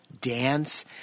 dance